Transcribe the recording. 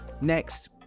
next